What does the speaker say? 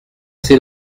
sait